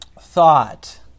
thought